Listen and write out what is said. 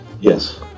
Yes